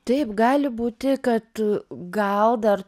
taip gali būti kad gal dar